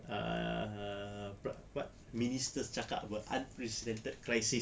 ah ministers cakap apa unprecedented crisis